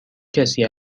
کسی